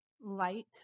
Light